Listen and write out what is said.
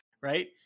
right